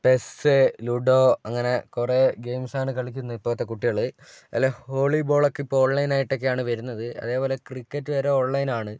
PES ludo അങ്ങനെ കുറേ ഗെയിംസാണ് കളിക്കുന്നത് ഇപ്പോഴത്തെ കുട്ടികൾ അല്ല ഹോളിബോളൊക്കെ ഇപ്പോൾ ഓൺലൈനായിട്ടൊക്കെയാണ് വരുന്നത് അതേപോലെ ക്രിക്കറ്റ് വരെ ഓൺലൈൻ ആണ്